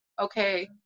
okay